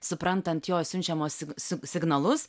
suprantant jo siunčiamus sig signalus